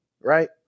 Right